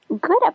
Good